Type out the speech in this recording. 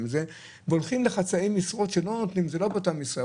והולכים לחצאי משרות שזה לא אותן משרות.